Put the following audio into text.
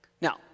Now